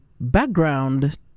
background